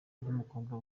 ry’umukobwa